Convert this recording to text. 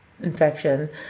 infection